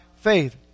faith